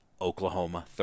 Oklahoma